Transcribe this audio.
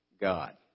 God